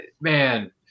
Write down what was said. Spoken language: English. man